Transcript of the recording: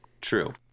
True